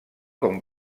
com